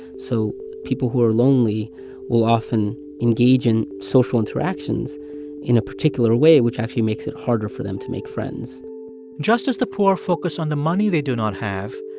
so people who are lonely will often engage in social interactions in a particular way, which actually makes it harder for them to make friends just as the poor focus on the money they do not have,